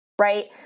right